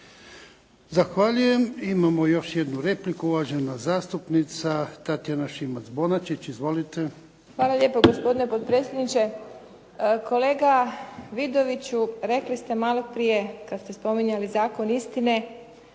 Zahvaljujem. Imamo još jednu repliku uvažena zastupnica Tatjana Šimac Bonačić. Izvolite. **Šimac Bonačić, Tatjana (SDP)** Hvala lijepo. Gospodine potpredsjedniče. Kolega Vidoviću rekli ste malo prije kad ste spominjali zakon istine